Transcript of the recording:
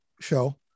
show